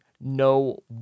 no